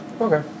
okay